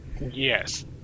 Yes